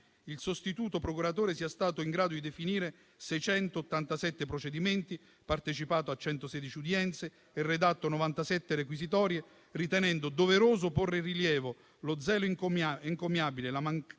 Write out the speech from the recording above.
il sostituto procuratore sia stato in grado di definire 687 procedimenti, partecipato a 116 udienze e redatto 97 requisitorie, ritenendo doveroso porre in rilievo lo zelo encomiabile, la marcata